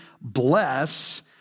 bless